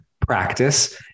practice